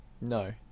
No